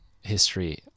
history